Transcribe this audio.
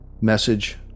message